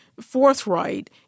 forthright